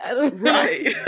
Right